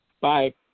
bye